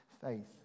faith